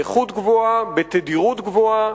באיכות גבוהה, בתדירות גבוהה,